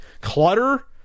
clutter